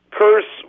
curse